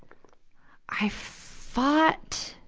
i fought,